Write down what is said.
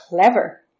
clever